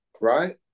right